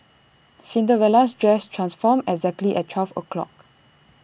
Cinderella's dress transformed exactly at twelve O clock